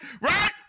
Right